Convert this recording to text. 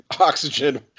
Oxygen